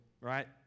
Right